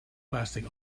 lasting